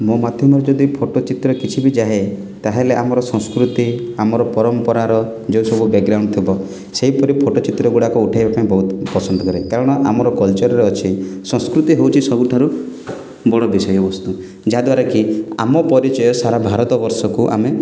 ମୋ ମାଧ୍ୟମରୁ ଯଦି ଫଟୋ ଚିତ୍ର କିଛି ବି ଯାଏ ତା'ହେଲେ ଆମର ସଂସ୍କୃତି ଆମର ପରମ୍ପରାର ଯେଉଁ ସବୁ ବ୍ୟାକ୍ଗ୍ରାଉଣ୍ଡ୍ ଥିବ ସେହିପରି ଫଟୋ ଚିତ୍ରଗୁଡ଼ାକ ଉଠାଇବା ପାଇଁ ବହୁତ ପସନ୍ଦ କରେ କାରଣ ଆମର କଲ୍ଚର୍ରେ ଅଛି ସଂସ୍କୃତି ହେଉଛି ସବୁଠାରୁ ବଡ଼ ବିଷୟବସ୍ତୁ ଯାହା ଦ୍ୱାରାକି ଆମ ପରିଚୟ ସାରା ଭାରତବର୍ଷକୁ ଆମେ